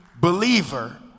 believer